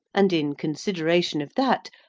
and, in consideration of that,